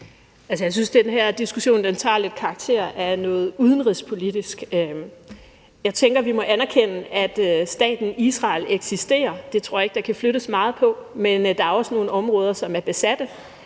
Jeg synes, den her diskussion tager lidt karakter af noget udenrigspolitisk. Jeg tænker, at vi må anerkende, at staten Israel eksisterer. Det tror jeg ikke at der kan flyttes meget på. Men der er også nogle områder, som er besatte,